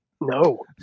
No